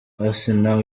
asinah